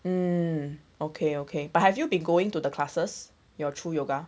mm okay okay but have you been going to the classes you're true yoga